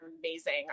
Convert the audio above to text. amazing